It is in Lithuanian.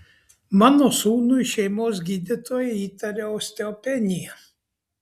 mano sūnui šeimos gydytoja įtaria osteopeniją